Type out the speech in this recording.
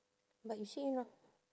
but you say you not